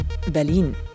Berlin